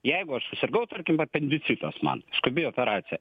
jeigu aš susirgau tarkim apendicitas man skubi operacija